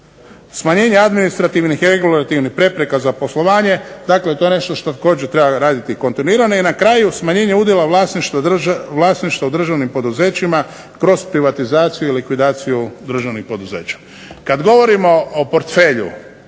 Smanjenje administrativnih i .../Govornik se ne razumije./... prepreka za poslovanje. Dakle, to je nešto što također treba raditi kontinuirano. I na kraju smanjenje udjela vlasništva u državnim poduzećima kroz privatizaciju i likvidaciju državnih poduzećima. Kad govorimo o portfelju